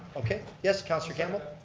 okay, yes counselor campbell.